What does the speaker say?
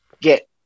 get